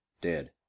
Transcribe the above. dead